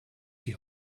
die